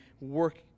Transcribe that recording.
work